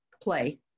play